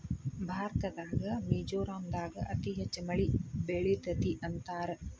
ಭಾರತದಾಗ ಮಿಜೋರಾಂ ದಾಗ ಅತಿ ಹೆಚ್ಚ ಮಳಿ ಬೇಳತತಿ ಅಂತಾರ